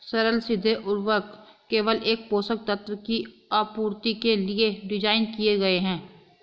सरल सीधे उर्वरक केवल एक पोषक तत्व की आपूर्ति के लिए डिज़ाइन किए गए है